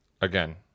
again